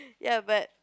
ya but